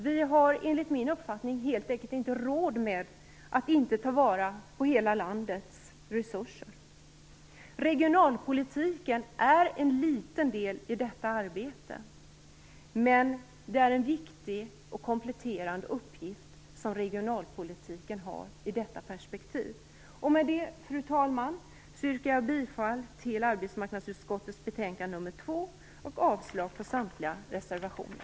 Vi har enligt min uppfattning helt enkelt inte råd med att inte ta vara på hela landets resurser. Regionalpolitiken är en liten del i detta arbete. Men det är en viktig och kompletterande uppgift som regionalpolitiken har i detta perspektiv. Med det, fru talman, yrkar jag bifall till arbetsmarknadsutskottets betänkande nr 2 och avslag på samtliga reservationer.